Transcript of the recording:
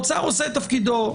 הוא עושה את תפקידו.